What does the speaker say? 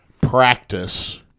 practice